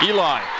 Eli